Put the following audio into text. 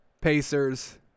Pacers